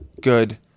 good